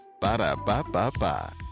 Ba-da-ba-ba-ba